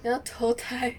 你要投胎